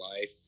life